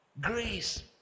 Grace